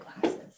glasses